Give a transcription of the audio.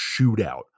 shootout